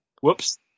whoops